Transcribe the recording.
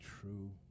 true